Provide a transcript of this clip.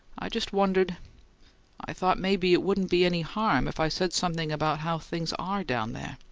i just wondered i thought maybe it wouldn't be any harm if i said something about how things are down there.